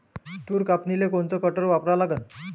तूर कापनीले कोनचं कटर वापरा लागन?